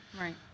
Right